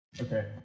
Okay